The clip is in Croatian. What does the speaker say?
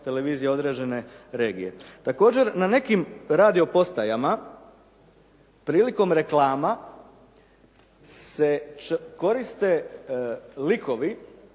televizija određene regije. Također, na nekim radio postajama prilikom reklama se koriste likovi